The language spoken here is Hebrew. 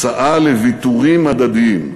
הצעה לוויתורים הדדיים,